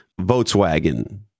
Volkswagen